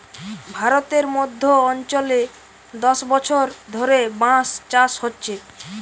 ভারতের মধ্য অঞ্চলে দশ বছর ধরে বাঁশ চাষ হচ্ছে